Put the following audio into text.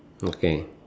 okay